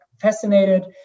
fascinated